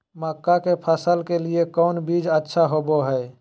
मक्का के फसल के लिए कौन बीज अच्छा होबो हाय?